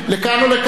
לכאן או לכאן,